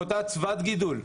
מאותה אצוות גידול.